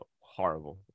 horrible